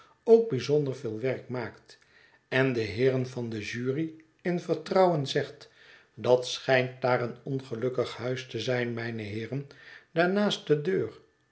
ook bijzonder veel werk maakt en de heeren van de jury in vertrouwen zegt dat schijnt daar een ongelukkig huis te zijn mijne heeren daar naast de deur